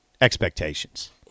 Expectations